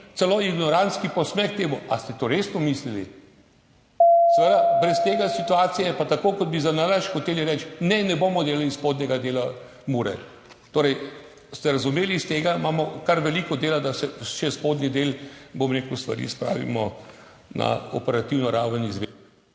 Celo ignorantski posmeh temu: »Ali ste to res po mislili?« Seveda, brez te situacije, je pa tako, kot bi zanalašč hoteli reči, ne, ne bomo delali spodnjega dela Mure. Torej ste razumeli iz tega, da imamo kar veliko dela, da še na spodnjem delu stvari spravimo na operativno raven izvedbe.